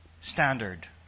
standard